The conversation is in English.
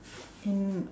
in